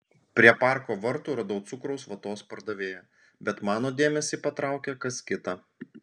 prie parko vartų radau cukraus vatos pardavėją bet mano dėmesį patraukė kas kita